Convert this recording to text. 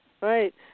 right